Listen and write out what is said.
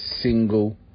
single